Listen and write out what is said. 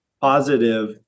positive